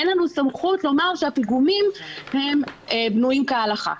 אין לנו סמכות למר שהפיגומים בנויים כהלכה.